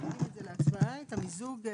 מעלים את זה להצבעה, את המיזוג ,